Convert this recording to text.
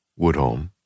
Woodholm